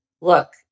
look